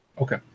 Okay